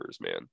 man